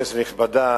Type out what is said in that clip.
כנסת נכבדה,